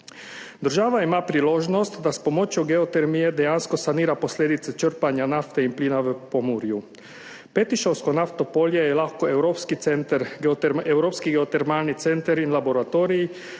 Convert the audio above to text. Država ima priložnost, da s pomočjo geotermije dejansko sanira posledice črpanja nafte in plina v Pomurju. Petišovsko naftno polje je lahko evropski geotermalni center in laboratorij.